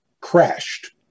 crashed